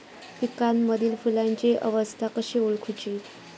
पिकांमदिल फुलांची अवस्था कशी ओळखुची?